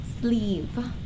sleeve